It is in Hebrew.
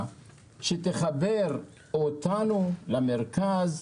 כשמדברים על תקציב